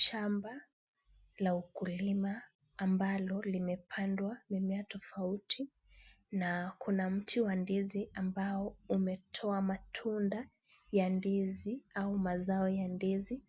Shamba la ukulima ambalo limepandwa mimea tofauti na kuna mti wa ndizi ambao umetoa matunda ya ndizi au mazao ya ndizi.